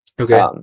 Okay